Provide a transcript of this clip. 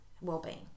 Wellbeing